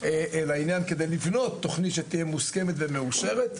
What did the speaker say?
לעניין כדי לבנות תוכנית שתהיה מוסכמת ומאושרת.